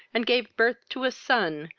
and gave birth to a son,